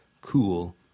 cool